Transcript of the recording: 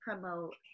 promote